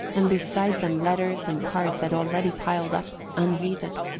and beside them letters and cards had already piled up unheeded.